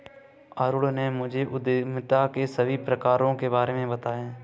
अरुण ने मुझे उद्यमिता के सभी प्रकारों के बारे में बताएं